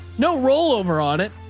no roll over on it.